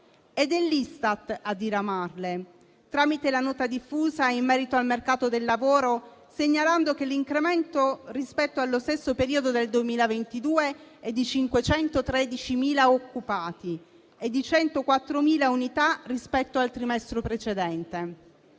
Ed è l'Istat a diramarle, tramite la nota diffusa in merito al mercato del lavoro, segnalando che l'incremento rispetto allo stesso periodo del 2022 è di 513.000 occupati ed è di 104.000 unità rispetto al trimestre precedente.